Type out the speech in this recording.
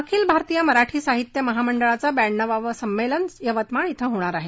अखिल भारतीय मराठी साहित्य महामंडळाचं ब्याण्णवावं संमेलन यवतमाळ ि ंग होणार आहे